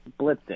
blitzing